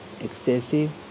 Excessive